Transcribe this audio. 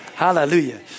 Hallelujah